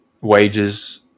wages